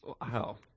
Wow